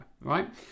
right